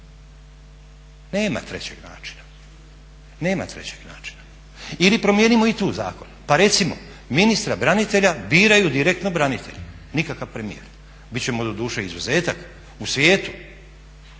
ili izborima, nema trećeg načina ili promijenimo i tu zakon, pa recimo ministra branitelja biraju direktno branitelji nikakav premijer. Bit ćemo doduše izuzetak u svijetu,